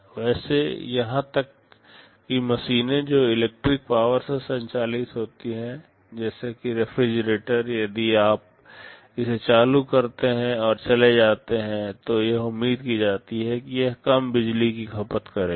वैसे यहां तक कि मशीनें जो इलेक्ट्रिक पावर से संचालित होती हैं जैसे कि रेफ्रिजरेटर यदि आप इसे चालू करते हैं और चले जाते हैं तो यह उम्मीद की जाती है कि यह कम बिजली की खपत करेगा